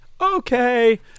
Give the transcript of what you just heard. okay